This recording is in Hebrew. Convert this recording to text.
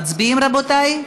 מצביעים, רבותי?